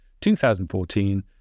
2014